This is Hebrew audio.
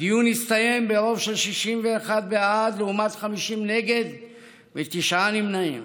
הדיון הסתיים ברוב של 61 בעד לעומת 50 נגד ותשעה נמנעים.